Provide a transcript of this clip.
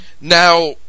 Now